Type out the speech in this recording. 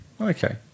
Okay